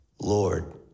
Lord